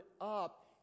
up